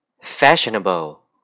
fashionable